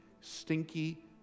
stinky